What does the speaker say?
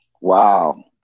Wow